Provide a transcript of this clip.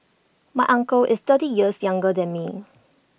my uncle is thirty years younger than me